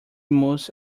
most